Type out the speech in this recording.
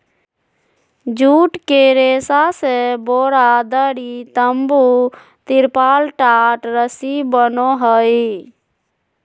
जुट के रेशा से बोरा, दरी, तम्बू, तिरपाल, टाट, रस्सी बनो हइ